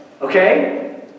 okay